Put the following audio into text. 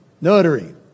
notary